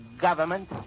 government